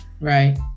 Right